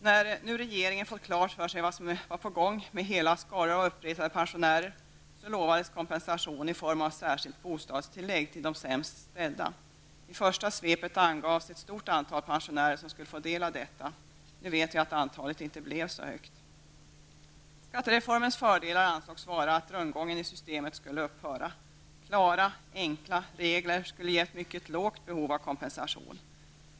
När nu regeringen hade fått klart för sig vad som var på gång, med hela skaror av uppretade pensionärer, lovades kompensation i form av särskilt bostadstillägg till de sämst ställda. I första svepet angavs ett stort antal pensionärer som skulle få del av detta. Nu vet vi att antalet inte blev så stort. Skattereformens fördelar ansågs vara att rundgången i systemet skulle upphöra. Klara enkla regler skulle ge ett mycket lågt behov av kompensation.